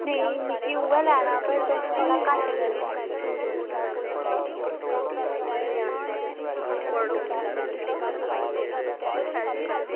नेईं में उ'ऐ लैना पर तुस थोह्ड़ा घट्ट करो